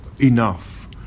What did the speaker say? enough